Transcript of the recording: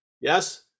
Yes